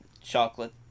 Chocolate